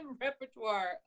repertoire